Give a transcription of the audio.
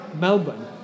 Melbourne